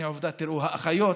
הינה, עובדה, תראו: האחיות,